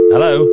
Hello